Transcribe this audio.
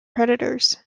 predators